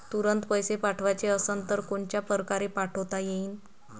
तुरंत पैसे पाठवाचे असन तर कोनच्या परकारे पाठोता येईन?